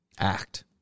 act